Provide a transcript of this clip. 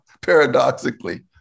paradoxically